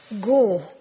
Go